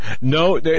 No